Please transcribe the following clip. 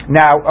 now